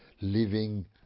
living